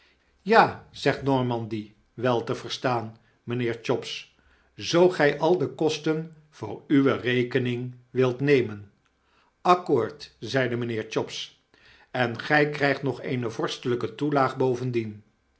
ja zegt normandy wel te verstaan mynheer chops zoo gy al de kosten voor uwe rekening wilt nemen accoord zeide mynheer chops en gy krygt nog eene vorstelijke toelaagbovendien